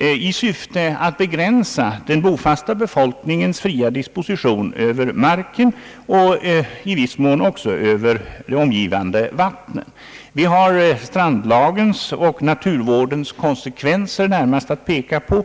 i syfte att begränsa den bofasta befolkningens fria disposition över marken och i viss mån också över de omgivande vattnen. Vi har närmast strandlagens och naturvårdens konsekvenser att peka på.